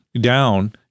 down